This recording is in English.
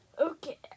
Okay